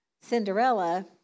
Cinderella